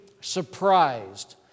Surprised